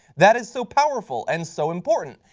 that is so powerful, and so important.